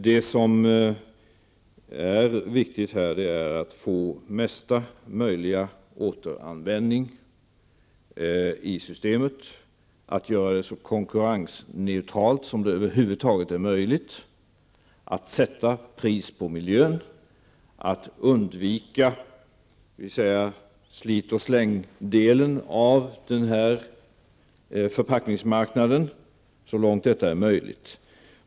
Det viktiga här är att få mesta möjliga återanvändning i systemet, att göra det så konkurrensneutralt som det över huvud taget är möjligt, att sätta pris på miljön och att undvika slitoch-släng-delen av den här förpackningsmarknaden så långt detta är möjligt.